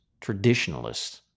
traditionalists